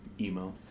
Emo